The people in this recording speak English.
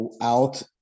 out